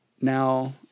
Now